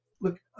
look